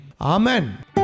Amen